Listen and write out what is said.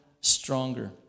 stronger